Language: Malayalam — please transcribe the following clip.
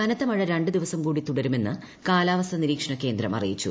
കനത്ത മഴ രണ്ടു ദിവസം കൂടി തുടരുമെന്ന് കാലാവസ്ഥാ ന്ടിരീക്ഷണ കേന്ദ്രം അറിയിച്ചു